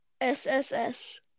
SSS